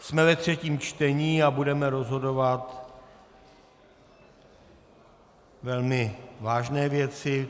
Jsme ve třetím čtení a budeme rozhodovat velmi vážné věci.